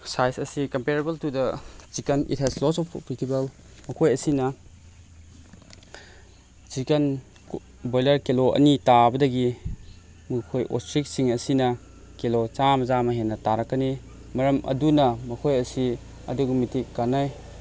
size ꯑꯁꯤ comparable to the chicken it has lots of profitable ꯃꯈꯣꯏ ꯑꯁꯤꯅ chicken boiler kilo ꯑꯅꯤ ꯇꯥꯕꯗꯒꯤ ꯃꯈꯣꯏ ꯑꯣꯁꯇ꯭ꯔꯤꯁꯁꯤꯡ ꯑꯁꯤꯅ ꯀꯤꯂꯣ ꯆꯥꯝꯃ ꯆꯥꯝꯃ ꯍꯦꯟꯅ ꯇꯥꯔꯛꯀꯅꯤ ꯃꯔꯝ ꯑꯗꯨꯅ ꯃꯈꯣꯏ ꯑꯁꯤ ꯑꯗꯨꯃꯇꯤꯛ ꯀꯥꯅꯩ